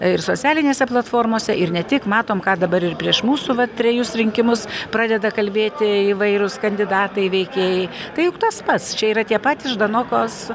ir socialinėse platformose ir ne tik matom ką dabar ir prieš mūsų vat trejus rinkimus pradeda kalbėti įvairūs kandidatai veikėjai tai juk tas pats čia yra tie patys ždanokos